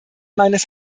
meines